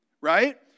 Right